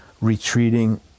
retreating